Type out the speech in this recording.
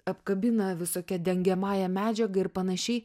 apkabina visokia dengiamąja medžiaga ir panašiai